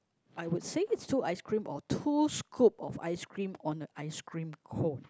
I would say is two ice cream or two scope of ice cream on a ice cream cone